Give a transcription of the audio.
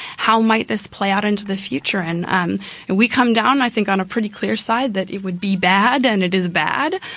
how might this play out into the future? and um and we come down, i think, on a pretty clear side that it would be bad and it is bad,